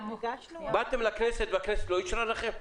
באתם לכנסת, והכנסת לא אישרה לכם?